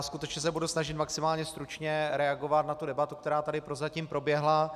Skutečně se budu snažit maximálně stručně reagovat na tu debatu, která tady prozatím proběhla.